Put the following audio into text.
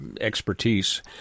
expertise